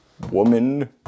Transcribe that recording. woman